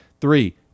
Three